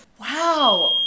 Wow